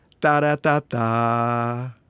da-da-da-da